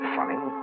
Funny